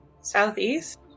Southeast